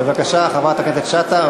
בבקשה, חברת הכנסת שטה.